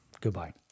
Goodbye